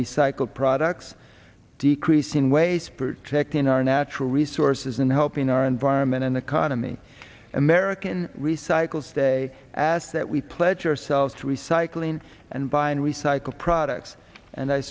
recycled products decreasing waste protecting our natural resources and helping our environment and economy american recycle stay asked that we pledge ourselves to recycling and buy and recycle products and i